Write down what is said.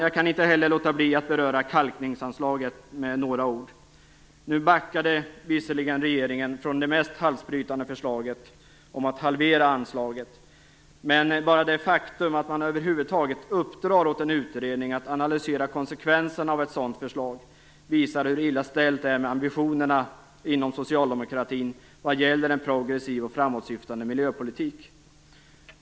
Jag kan inte heller låta bli att beröra kalkningsanslaget med några ord. Nu backade visserligen regeringen från det mest halsbrytande förslaget; att halvera anslaget. Men bara det faktum att man över huvud taget uppdrar åt en utredning att analysera konsekvenserna av ett sådant förslag, visar att hur illa ställt det är med ambitionerna inom socialdemokratin när det gäller en progressiv och framåtsyftande miljöpolitik.